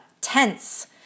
tense